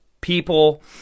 people